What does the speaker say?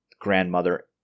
grandmother